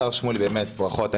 השר שמולי, ברכות.